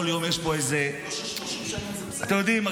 אתם יודעים,